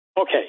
Okay